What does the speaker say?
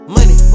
Money